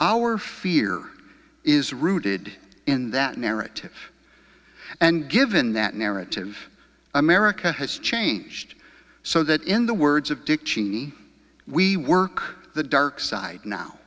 our fear is rooted in that narrative and given that narrative america has changed so that in the words of dick cheney we work the dark side now